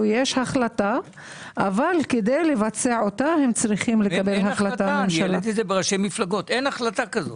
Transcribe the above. יש החלטה אבל כדי לבצעה הם צריכים החלטה- - אין החלטה כזו.